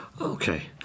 Okay